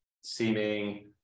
seeming